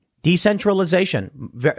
Decentralization